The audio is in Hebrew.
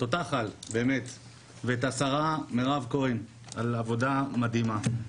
תותח-על ואת השרה מירב כהן על עבודה מדהימה.